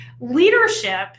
leadership